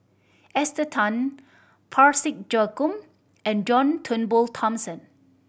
Esther Tan Parsick Joaquim and John Turnbull Thomson